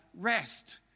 rest